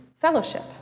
fellowship